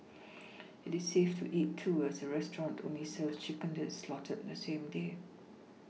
it is safe to eat too as the restaurant only serves chicken that is slaughtered on the same day